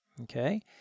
okay